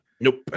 nope